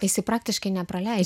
jisai praktiškai nepraleidžia